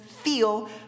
feel